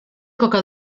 coca